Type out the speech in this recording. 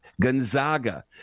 Gonzaga